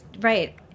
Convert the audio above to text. Right